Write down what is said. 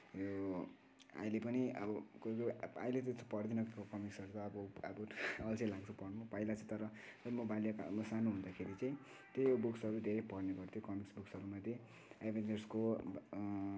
यो अहिले पनि अब कोही कोही अहिले त त्यो पढ्दिन कमिक्सहरू त अब अब अल्छी लाग्छ पढ्न पहिला चाहिँ तर म बाल्यकालमा म सानो हुँदाखेरि चाहिँ त्यही बुक्सहरू धेरै पढ्ने गर्थेँ कमिक्स बुक्सहरू मैले एभेन्जर्सको